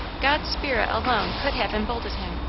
god's spirit alone could have emboldened him,